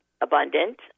abundant